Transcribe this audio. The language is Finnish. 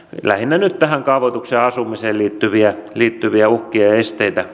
lähinnä nyt tähän kaavoitukseen ja asumiseen liittyviä liittyviä uhkia ja esteitä